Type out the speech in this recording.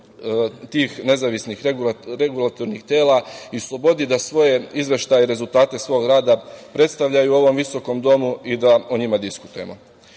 tih nezavisnih regulatornih tela i slobodi da svoje izveštaje i rezultate svog rada predstavljaju ovom visokom domu i da o njima diskutujemo. Dalje